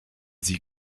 sie